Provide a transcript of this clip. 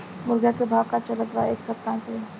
मुर्गा के भाव का चलत बा एक सप्ताह से?